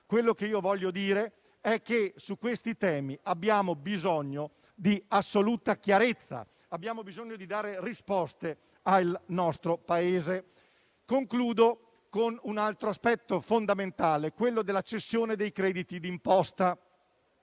Quello che voglio dire è che su questi temi abbiamo bisogno di assoluta chiarezza, di dare risposte al nostro Paese. Concludo con un altro aspetto fondamentale, quello della cessione dei crediti di imposta.